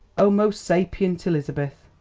o most sapient elizabeth!